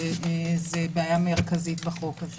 וזאת בעיה מרכזית בחוק הזה.